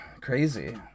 Crazy